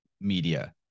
media